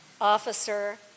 Officer